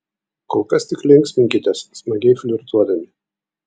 kol kas tik linksminkitės smagiai flirtuodami